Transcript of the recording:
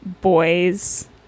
boys